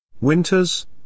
Winters